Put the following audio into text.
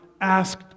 asked